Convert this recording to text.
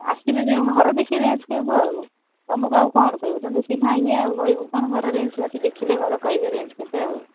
ଆସିଲେ ଯାଇ ଘର ଦେଖି ଚେଞ୍ଜ୍ କରିବୁ ଆଉ ତମକୁ ଆଉ କ'ଣ କହିବୁ ତମେ ତ ଚିହ୍ନା ଇଏ କହିବୁ କ'ଣ ଘର ରେଞ୍ଜ୍ ଆସି ଦେଖିଲେ ଘର କହିବେ ରେଞ୍ଜ୍ କେତେ ଆଉ